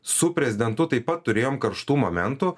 su prezidentu taip pat turėjom karštų momentų